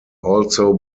also